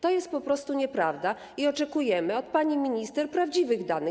To jest po prostu nieprawda i oczekujemy od pani minister prawdziwych danych.